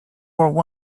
war